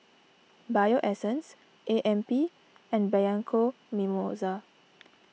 Bio Essence A M P and Bianco Mimosa